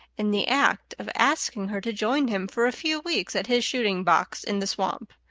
in the act of asking her to join him for a few weeks at his shooting-box in the swamp.